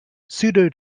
pseudo